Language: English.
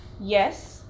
yes